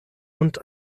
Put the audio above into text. und